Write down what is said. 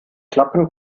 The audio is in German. klappen